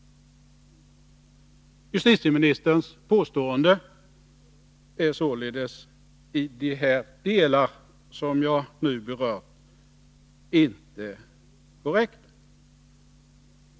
Justitieministerns påstående är således i de delar som jag nu berör inte korrekta.